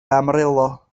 amarillo